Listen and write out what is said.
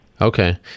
okay